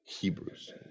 Hebrews